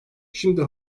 şimdi